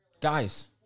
Guys